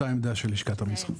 אותה העמדה של לשכת המסחר.